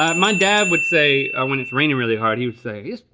um my dad would say, when it's raining really hard, he would say,